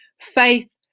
faith